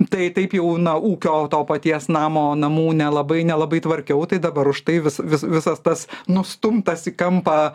tai taip jau na ūkio to paties namo namų nelabai nelabai tvarkiau tai dabar už tai vis vis visas tas nustumtas į kampą